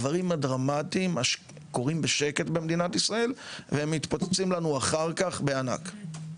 הדברים הדרמטיים קורים בשקט במדינת ישראל והם מתפוצצים לנו אחר כך בענק.